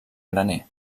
graner